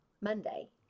monday